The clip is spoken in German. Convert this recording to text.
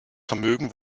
vermögen